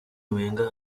wenger